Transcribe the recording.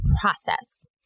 process